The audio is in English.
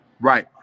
right